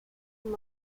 and